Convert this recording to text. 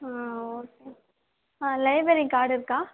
ஆ okay library card இருக்கா